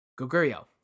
Goguryeo